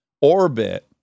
orbit